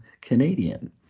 Canadian